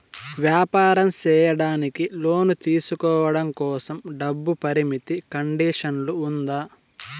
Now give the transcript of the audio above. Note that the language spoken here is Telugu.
వ్యాపారం సేయడానికి లోను తీసుకోవడం కోసం, డబ్బు పరిమితి కండిషన్లు ఉందా?